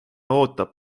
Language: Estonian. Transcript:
ootab